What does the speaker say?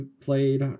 played